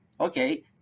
Okay